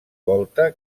volta